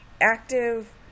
active